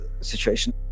situation